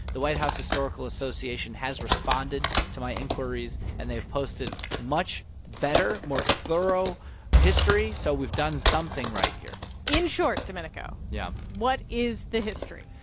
the white house historical association has responded to my inquiries. and they've posted much better, more thorough history. so we've done something right here in short, domenico. yeah. what is the history?